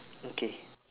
okay